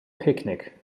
picnic